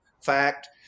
fact